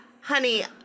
honey